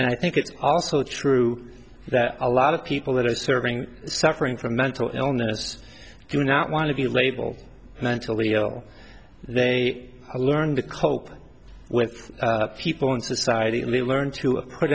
and i think it's also true that a lot of people that are serving suffering from mental illness do not want to be labeled mentally ill they learn to cope with people in society learn to